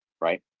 right